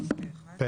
הצבעה בעד, 1 אושר.